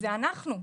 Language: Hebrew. זה אנחנו.